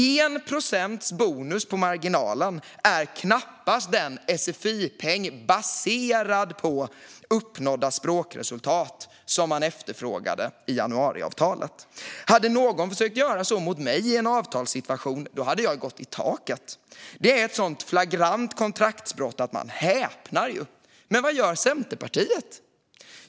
1 procents bonus på marginalen är knappast den sfi-peng "baserad på uppnådda språkresultat" som man efterfrågade i januariavtalet. Hade någon försökt göra så mot mig i en avtalssituation hade jag gått i taket. Det är ett så flagrant kontraktsbrott att man häpnar. Men vad gör Centerpartiet?